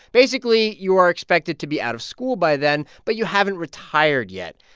basically, you are expected to be out of school by then, but you haven't retired yet.